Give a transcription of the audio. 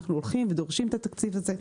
אנחנו הולכים ודורשים את התקציב הזה.